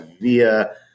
via